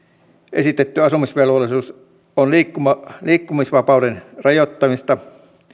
esitetty asumisvelvollisuus on liikkumisvapauden rajoittamista